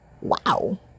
Wow